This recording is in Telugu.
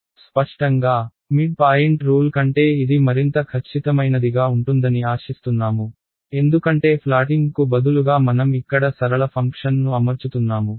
స్పష్టంగా మిడ్పాయింట్ రూల్ కంటే ఇది మరింత ఖచ్చితమైనదిగా ఉంటుందని ఆశిస్తున్నాము ఎందుకంటే ఫ్లాటింగ్కు బదులుగా మనం ఇక్కడ సరళ ఫంక్షన్ను అమర్చుతున్నాము